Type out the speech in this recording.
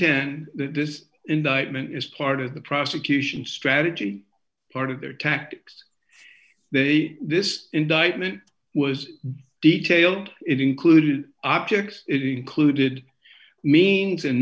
that this indictment is part of the prosecution's strategy part of their tactics they this indictment was detailed it included objects it included means and